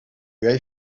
guy